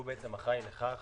הוא אחראי לכך